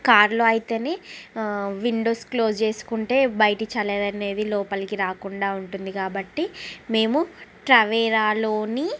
కార్లో అయితేనే windows close చేసుకుంటే బయట చలి అనేది లోపలికి రాకుండా ఉంటుంది కాబట్టి మేము ట్రవేరాలోని